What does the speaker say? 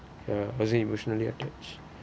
uh wasn't emotionally attached